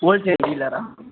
wholesale டீலராக